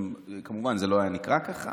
כמובן, זה לא היה נקרא ככה